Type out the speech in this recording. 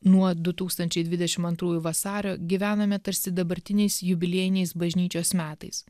nuo du tūkstančiai dvidešim antrųjų vasario gyvename tarsi dabartiniais jubiliejiniais bažnyčios metais